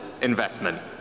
investment